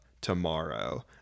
tomorrow